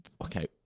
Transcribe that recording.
Okay